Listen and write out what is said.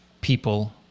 people